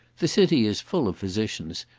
the city is full of physicians,